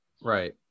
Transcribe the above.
Right